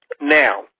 Now